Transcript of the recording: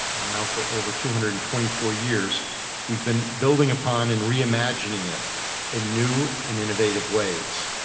and now for over two hundred and twenty four years we've been building upon and reimagining it in new and innovative ways.